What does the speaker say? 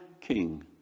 King